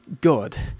God